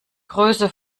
größe